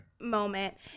moment